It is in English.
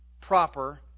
proper